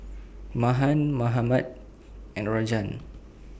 Mahan Mahatma and Rajan